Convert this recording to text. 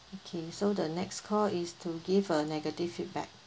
okay so the next call is to give a negative feedback